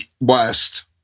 West